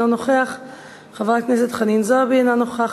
אינו נוכח,